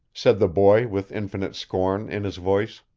said the boy with infinite scorn in his voice.